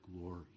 glory